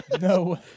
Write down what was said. No